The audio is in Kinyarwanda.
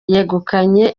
yegukanye